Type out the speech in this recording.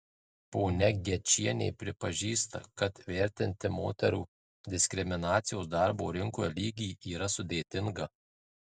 ponia gečienė pripažįsta kad vertinti moterų diskriminacijos darbo rinkoje lygį yra sudėtinga